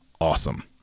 awesome